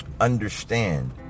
understand